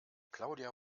claudia